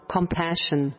compassion